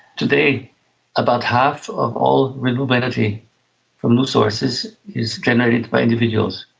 today about half of all renewable energy from new sources is generated by individuals.